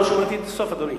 לא שמעתי את הסוף, אדוני.